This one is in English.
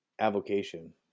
avocation